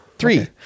three